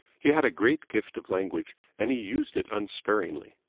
he had a great gift of language, and he used it unsparingly.